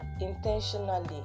intentionally